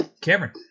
Cameron